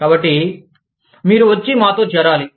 కాబట్టి మీరు వచ్చి మాతో చేరాలి